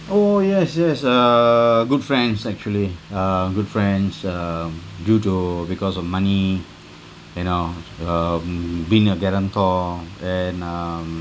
oh yes yes uh good friends actually uh good friends um due to because of money you know um being a guarantor and um